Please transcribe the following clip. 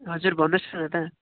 हजुर भन्नुहोस् न दादा